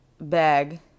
bag